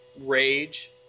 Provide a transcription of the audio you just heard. rage